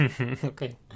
Okay